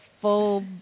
Full